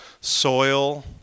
soil